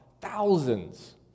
Thousands